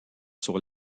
sur